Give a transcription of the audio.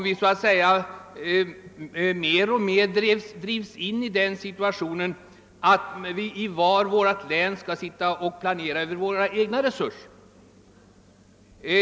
Vi drivs mer och mer in i den situationen att vi i våra län måste sitta och planera enbart med egna resurser.